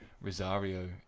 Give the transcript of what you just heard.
Rosario